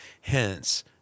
hence